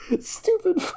Stupid